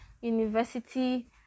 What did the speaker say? university